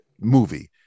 movie